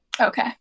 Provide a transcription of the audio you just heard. okay